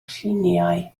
lluniau